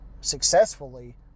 successfully